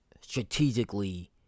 strategically